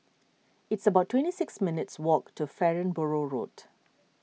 it's about twenty six minutes' walk to Farnborough Road